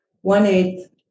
one-eighth